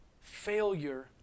failure